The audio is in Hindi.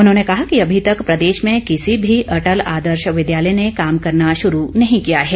उन्होंने कहा कि अभी तक प्रदेश में किसी भी अटल आदर्श विद्यालय ने काम करना शुरू नहीं किया है